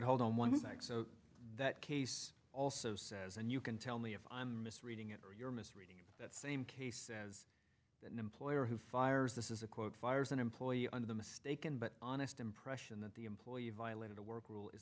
hold on one sec so that case also says and you can tell me if i'm misreading it or you're misreading that same case as an employer who fires this is a quote fires an employee under the mistaken but honest impression that the employee violated a work rule is